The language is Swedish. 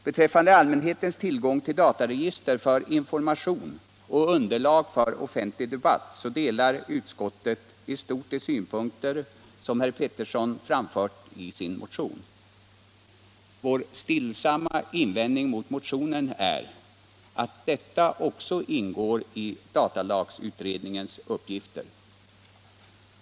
Beträffande allmänhetens tillgång till dataregister för information och underlag för offentlig debatt delar utskottet i stort de synpunkter som herr Pettersson framfört i sin motion. Vår stillsamma invändning mot motionen är att också detta ingår i datalagsutredningens uppgifter.